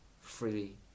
freely